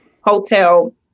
hotel